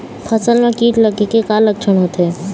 फसल म कीट लगे के का लक्षण होथे?